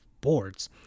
boards